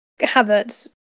Havertz